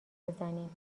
بزنیم